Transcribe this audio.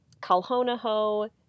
Kalhonaho